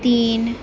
तीन